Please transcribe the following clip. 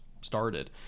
started